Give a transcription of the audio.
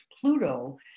Pluto